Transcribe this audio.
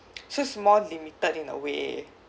so it's more limited in a way